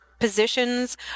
positions